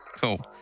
cool